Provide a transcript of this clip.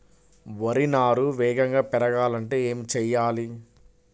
వరి నారు వేగంగా పెరగాలంటే ఏమి చెయ్యాలి?